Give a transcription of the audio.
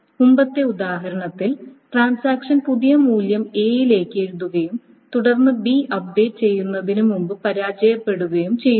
മുമ്പത്തെ ഉദാഹരണത്തിൽ ട്രാൻസാക്ഷൻ പുതിയ മൂല്യം എയിലേക്ക് എഴുതുകയും തുടർന്ന് ബി അപ്ഡേറ്റ് ചെയ്യുന്നതിന് മുമ്പ് പരാജയപ്പെടുകയും ചെയ്യുന്നു